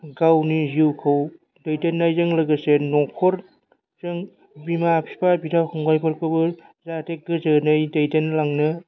गावनि जिउखौ दैदेननायजों लोगोसे न'खरजों बिमा बिफा बिदा फंबाइफोरखौबो जाहाथे गोजोनै दैदेनलांनो